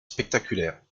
spectaculaires